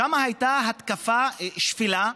שם הייתה התקפה שפלה,